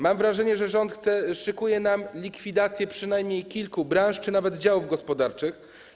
Mam wrażenie, że rząd szykuje nam likwidację przynajmniej kilku branż czy nawet działów gospodarczych.